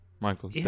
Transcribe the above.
Michael